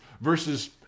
versus